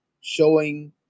showing